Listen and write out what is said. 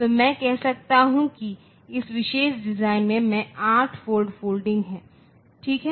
तो मैं कह सकता हूं कि इस विशेष डिजाइन में एक 8 फोल्ड फोल्डिंग है ठीक है